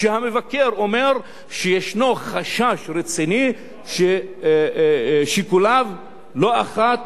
שהמבקר אומר שישנו חשש רציני ששיקוליו לא אחת